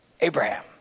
Abraham